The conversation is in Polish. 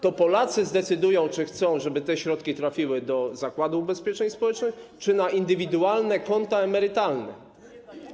To Polacy zdecydują, czy ich środki trafią do Zakładu Ubezpieczeń Społecznych czy na indywidualne konta emerytalne.